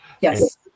Yes